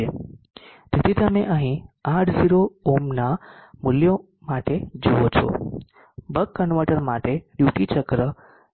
તેથી તમે અહીં R0 5 ઓહ્મના મૂલ્ય માટે જુઓ છો બક કન્વર્ટર માટે ડ્યુટી ચક્ર 0